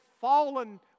fallen